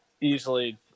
easily